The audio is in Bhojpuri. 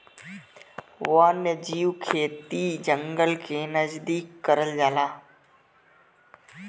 वन्यजीव खेती जंगल के नजदीक करल जाला